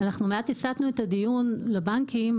מעט הסטנו את הדיון לבנקים,